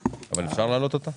אפשר להעלות אותה?